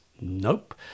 nope